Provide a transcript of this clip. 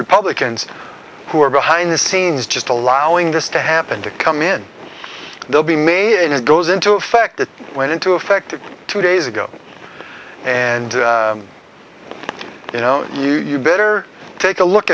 republicans who are behind the scenes just allowing this to happen to come in they'll be may and it goes into effect it went into effect two days ago and you know you better take a look